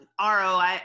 ROI